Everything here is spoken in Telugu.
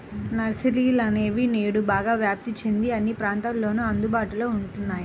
నర్సరీలనేవి నేడు బాగా వ్యాప్తి చెంది అన్ని ప్రాంతాలలోను అందుబాటులో ఉంటున్నాయి